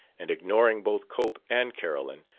and ignoring both cope and carolyn,